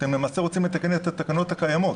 אתם למעשה רוצים לתקן את התקנות הקיימות.